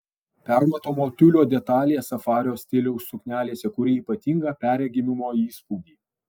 permatomo tiulio detalės safario stiliaus suknelėse kuria ypatingą perregimumo įspūdį